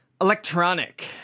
electronic